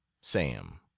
Sam